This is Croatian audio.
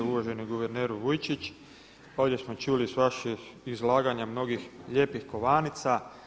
Uvaženi guverneru Vujčić, ovdje smo čuli iz vaših izlaganja mnogih lijepih kovanica.